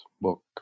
book